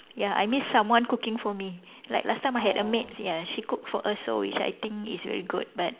ya I miss someone cooking for me like last time I had a maid ya she cook for us so which I think is very good but